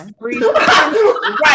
Right